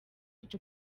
ico